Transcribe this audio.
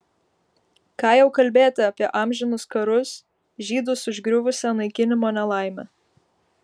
ką jau kalbėti apie amžinus karus žydus užgriuvusią naikinimo nelaimę